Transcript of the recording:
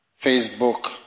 Facebook